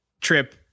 trip